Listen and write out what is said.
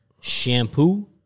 Shampoo